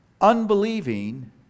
unbelieving